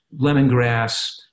lemongrass